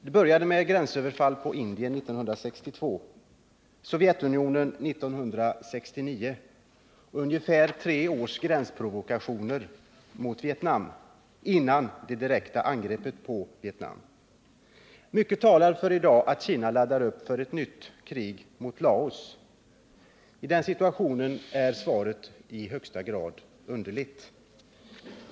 Det började med gränsöverfall på Indien 1962 och på Sovjetunionen 1969, och därefter följde ungefär tre års gränsprovokationer mot Vietnam innan det direkta angreppet gjordes mot detta land. Mycket talar i dag för att Kina laddar upp för ett nytt krig mot Laos. I den situationen är svaret i högsta grad underligt.